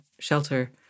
shelter